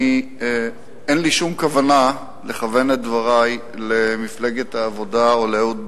אין לי שום כוונה לכוון את דברי למפלגת העבודה או לאהוד ברק.